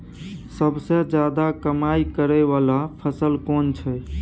सबसे ज्यादा कमाई करै वाला फसल कोन छै?